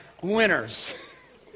winners